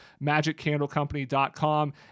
magiccandlecompany.com